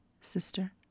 Sister